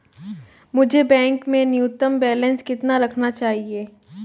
मुझे बैंक में न्यूनतम बैलेंस कितना रखना चाहिए?